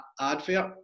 advert